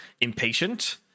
impatient